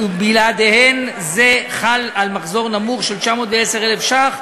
ובלעדיהן זה חל על מחזור נמוך, של 910,000 ש"ח.